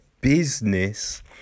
business